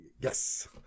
yes